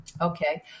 Okay